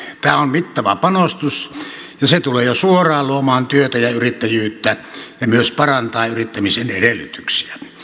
tämä on mittava panostus ja se tulee jo suoraan luomaan työtä ja yrittäjyyttä ja myös parantaa yrittämisen edellytyksiä